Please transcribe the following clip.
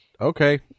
okay